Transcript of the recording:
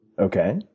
Okay